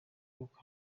koko